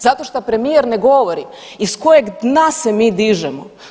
Zato što premijer ne govori iz kojeg dna se mi dižemo.